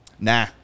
nah